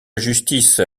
justice